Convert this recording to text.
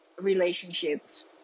relationships